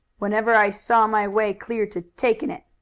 whenever i saw my way clear to taking it,